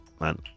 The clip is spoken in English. man